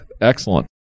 excellent